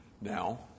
now